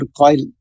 coil